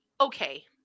Okay